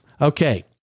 Okay